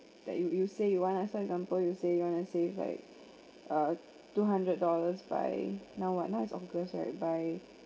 like you you say you want to so example you say you want to save like uh two hundred dollars by now what now is august right by